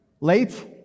Late